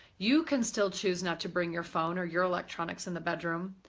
you can still choose not to bring your phone or your electronics in the bedroom,